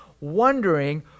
wondering